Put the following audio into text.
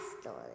story